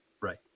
Right